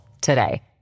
today